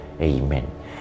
Amen